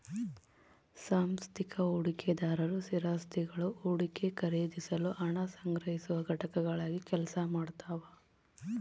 ಸಾಂಸ್ಥಿಕ ಹೂಡಿಕೆದಾರರು ಸ್ಥಿರಾಸ್ತಿಗುಳು ಹೂಡಿಕೆ ಖರೀದಿಸಲು ಹಣ ಸಂಗ್ರಹಿಸುವ ಘಟಕಗಳಾಗಿ ಕೆಲಸ ಮಾಡ್ತವ